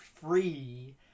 free